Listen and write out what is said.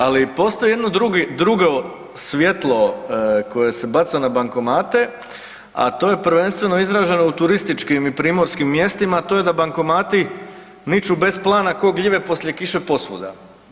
Ali postoji jedan drugi, drugo svjetlo koje se baca na bankomate, a to je prvenstveno izraženo u turističkim i primorskim mjestima, a to je da bankomati niču bez plana ko gljive poslije kiše posvuda.